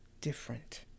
different